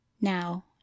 now